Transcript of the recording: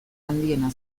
handiena